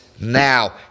now